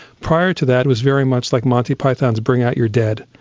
prior to that it was very much like monty python's bring out your dead,